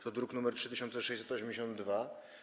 To druk nr 3682.